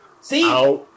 see